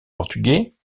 portugais